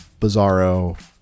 bizarro